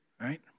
right